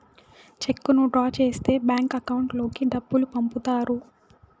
చెక్కును డ్రా చేస్తే bank account లోకి డబ్బులు పంపుతారు